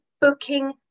booking